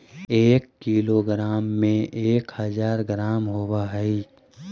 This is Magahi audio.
एक किलोग्राम में एक हज़ार ग्राम होव हई